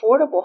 affordable